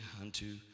unto